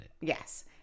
Yes